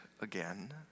again